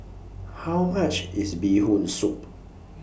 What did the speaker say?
How much IS Bee Hoon Soup